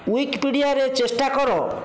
ୱିକ୍ପିଡ଼ିଆରେ ଚେଷ୍ଟା କର